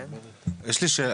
יש לי שאלה,